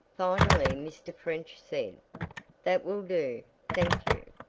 finally mr. french said that will do, thank you.